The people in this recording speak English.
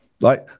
Right